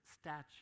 statue